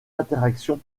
interactions